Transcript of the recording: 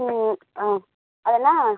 ம் ஆ அதெல்லாம்